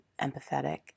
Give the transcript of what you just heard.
empathetic